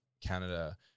Canada